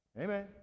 Amen